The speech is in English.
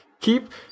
keep